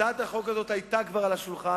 הצעת החוק הזו היתה כבר על השולחן,